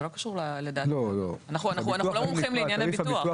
אנחנו לא מומחים לענייני ביטוח.